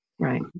Right